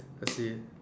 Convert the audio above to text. let's see